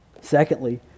Secondly